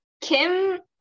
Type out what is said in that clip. Kim